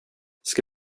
ska